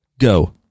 Go